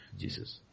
jesus